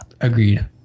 agreed